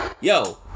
yo